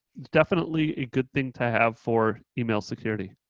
definitely a good thing to have for email security.